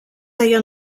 deia